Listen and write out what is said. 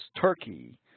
Turkey